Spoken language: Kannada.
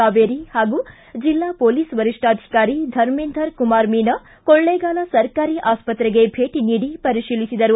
ಕಾವೇರಿ ಹಾಗೂ ಜೆಲ್ಲಾ ಪೊಲೀಸ್ ವರಿಷ್ಠಾಧಿಕಾರಿ ಧರ್ಮೇಂಧರ್ ಕುಮಾರ್ ಮೀನಾ ಕೊಳ್ಳೇಗಾಲ ಸರ್ಕಾರಿ ಆಸ್ಪತ್ರೆಗೆ ಭೇಟಿ ನೀಡಿ ಪರಿಶೀಲಿಸಿದರು